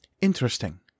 interesting